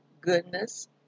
goodness